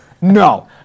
No